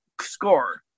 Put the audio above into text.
score